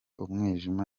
umwijima